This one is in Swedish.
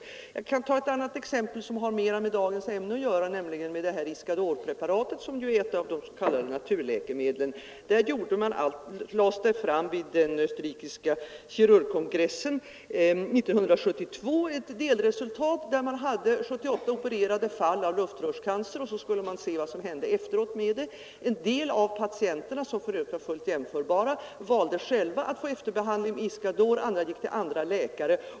Jag skall ta ett annat exempel som har mer med dagens ämne att göra, nämligen Iscadorpreparatet, som är ett av de s.k. naturläkemedlen. Vid den österrikiska kirurgkongressen 1972 lades fram ett delresultat, som byggde på 78 opererade fall av luftrörscancer. En del av patienterna, som för övrigt var fullt jämförbara, valde själva att få efterbehandling med Iscador. Andra patienter gick till andra läkare.